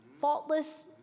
faultless